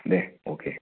दे अके